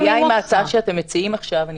אני חושבת שהבעיה עם ההצעה שאתם מציעים עכשיו היא